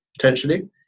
potentially